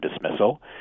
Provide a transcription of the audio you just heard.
dismissal